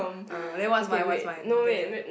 ah then what's mine what's mine guess ah